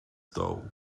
dołu